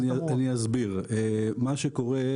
מה שקורה,